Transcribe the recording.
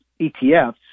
ETFs